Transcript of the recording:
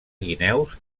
guineus